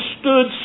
stood